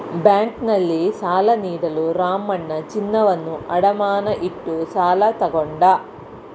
ಬ್ಯಾಂಕ್ನಲ್ಲಿ ಸಾಲ ನೀಡಲು ರಾಮಣ್ಣ ಚಿನ್ನವನ್ನು ಅಡಮಾನ ಇಟ್ಟು ಸಾಲ ತಗೊಂಡ